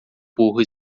por